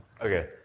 Okay